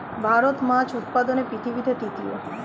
ভারত মাছ উৎপাদনে পৃথিবীতে তৃতীয়